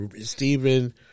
Stephen